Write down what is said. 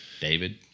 David